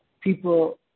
People